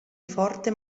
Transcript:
forte